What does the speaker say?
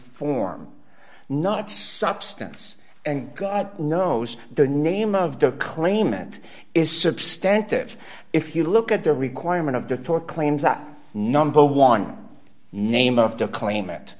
form not substance and god knows the name of the claimant is substantiative if you look at the requirement of the torah claims that number one name of the claimant